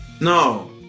no